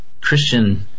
Christian